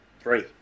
three